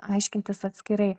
aiškintis atskirai